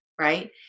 right